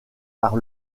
par